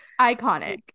Iconic